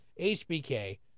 HBK